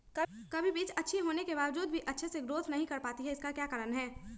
कभी बीज अच्छी होने के बावजूद भी अच्छे से नहीं ग्रोथ कर पाती इसका क्या कारण है?